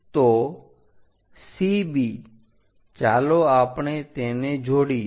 તો CB ચાલો આપણે તેને જોડીએ